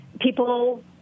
people –